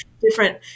different